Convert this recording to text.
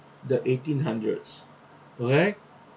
the eighteen hundreds okay